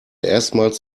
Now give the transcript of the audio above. erstmals